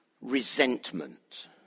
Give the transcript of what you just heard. Resentment